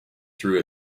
through